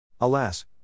Alas